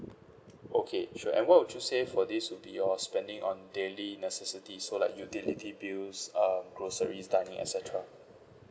okay sure and what would you say for this would be your spending on daily necessities so like utility bills um groceries dining et cetera